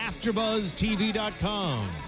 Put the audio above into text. AfterBuzzTV.com